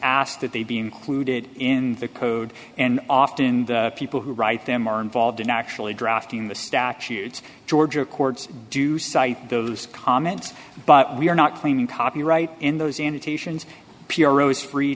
asked that they be included in the code and often the people who write them are involved in actually drafting the statutes georgia courts do cite those comments but we are not claiming copyright in those annotations piero's free